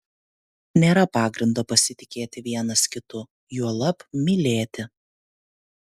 nėra pagrindo pasitikėti vienas kitu juolab mylėti